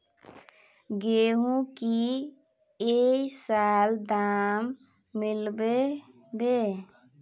गेंहू की ये साल दाम मिलबे बे?